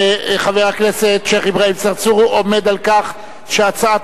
חבר הכנסת השיח' אברהים צרצור עומד על כך שהצעת